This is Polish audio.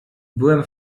byłem